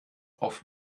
auf